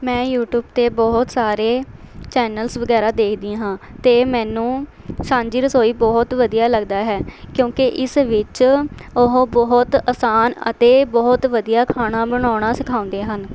ਮੈਂ ਯੂਟਿਊਬ 'ਤੇ ਬਹੁਤ ਸਾਰੇ ਚੈਨਲਸ ਵਗੈਰਾ ਦੇਖਦੀ ਹਾਂ ਅਤੇ ਮੈਨੂੰ ਸਾਂਝੀ ਰਸੋਈ ਬਹੁਤ ਵਧੀਆ ਲੱਗਦਾ ਹੈ ਕਿਉਂਕਿ ਇਸ ਵਿੱਚ ਉਹ ਬਹੁਤ ਆਸਾਨ ਅਤੇ ਬਹੁਤ ਵਧੀਆ ਖਾਣਾ ਬਣਾਉਣਾ ਸਿਖਾਉਂਦੇ ਹਨ